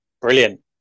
brilliant